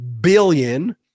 billion